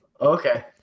Okay